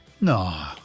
No